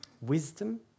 Wisdom